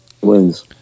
wins